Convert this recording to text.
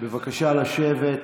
בבקשה לשבת,